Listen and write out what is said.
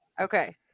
Okay